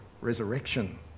resurrection